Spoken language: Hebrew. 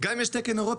גם אם יש תקן אירופי,